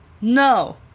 no